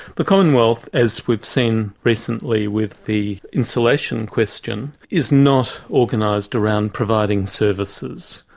the commonwealth, as we've seen recently with the insulation question, is not organised around providing services.